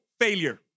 failure